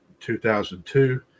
2002